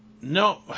No